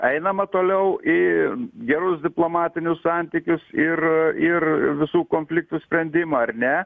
einama toliau į gerus diplomatinius santykius ir ir visų konfliktų sprendimą ar ne